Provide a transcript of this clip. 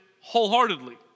wholeheartedly